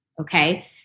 Okay